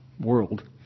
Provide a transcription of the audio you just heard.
world